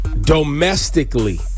Domestically